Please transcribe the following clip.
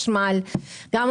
עכשיו תבינו, הנושא של חשמל הוא